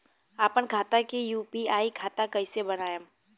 आपन खाता के यू.पी.आई खाता कईसे बनाएम?